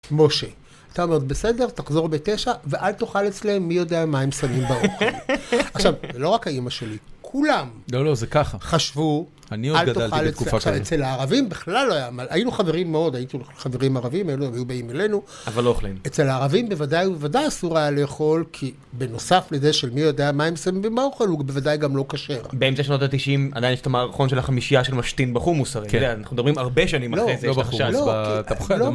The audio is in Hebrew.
משה אתה אומר בסדר תחזור בתשע ואל תאכל אצלם מי יודע מה הם שמים באוכל עכשיו לא רק האמא שלי כולם לא לא זה ככה חשבו אני עוד גדלתי בתקופה כזאת אצל הערבים בכלל לא היה מלא היינו חברים מאוד הייתי הולך לחברים ערבים היו באים אלינו אבל לא אוכלים אצל הערבים בוודאי ובוודאי אסור היה לאכול כי בנוסף לזה של מי יודע מה הם שמים באוכל הוא בוודאי גם לא קשר באמצע שנות התשעים עדיין יש את המערכון של החמישייה שהוא משתין בחומוס הרי אנחנו מדברים הרבה שנים אחרי זה